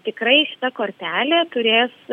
tikrai šita kortelė turės